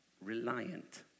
Reliant